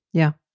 yeah.